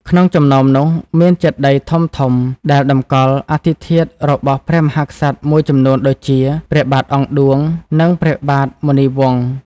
ក្នុងចំណោមនោះ មានចេតិយធំៗដែលតម្កល់អដ្ឋិធាតុរបស់ព្រះមហាក្សត្រមួយចំនួនដូចជា ព្រះបាទអង្គឌួង និង ព្រះបាទមុនីវង្ស។